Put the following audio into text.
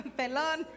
pelon